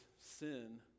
sin